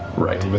right?